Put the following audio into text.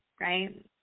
right